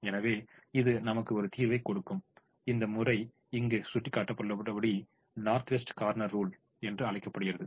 எனவே இது நமக்கு ஒரு தீர்வைக் கொடுக்கும் இந்த முறை இங்கு சுட்டிக்காட்டப்பட்டுள்ளபடி நார்த் வெஸ்ட் கோர்னெர் ரூல் என்று அழைக்கப்படுகிறது